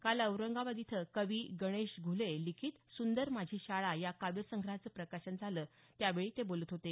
काल औरंगाबाद इथं कवी गणेश घुले लिखित सुंदर माझी शाळा या काव्यसंग्रहाचं प्रकाशन झालं त्यावेळी ते बोलत होते